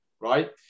right